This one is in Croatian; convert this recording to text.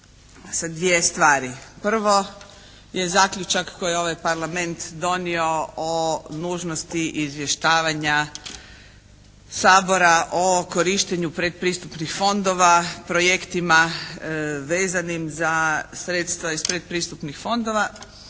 dvije stvari. Prvo je zaključak koji je ovaj Parlament donio o nužnosti izvještavanja Sabora o korištenju predpristupnih fondova, projektima vezanim za sredstva iz predpristupnih fondova